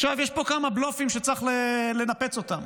עכשיו, יש פה כמה בלופים שצריך לנפץ אותם.